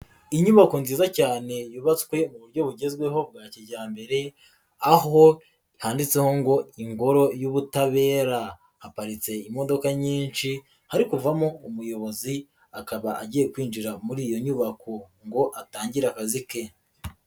Inyubako nziza cyane yubatswe mu buryo bugezweho bwa kijyambere, aho handitseho ngo ingoro y'ubutabera. Haparitse imodoka nyinshi hari kuvamo umuyobozi, akaba agiye kwinjira muri iyo nyubako ngo atangire akazi ke.